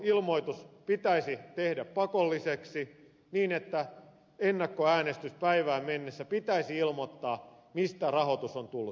ennakkoilmoitus pitäisi tehdä pakolliseksi niin että ennakkoäänestyspäivään mennessä pitäisi ilmoittaa mistä rahoitus on tullut